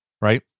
right